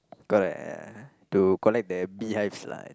got uh to collect the beehives lah